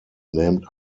named